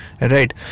Right